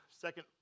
second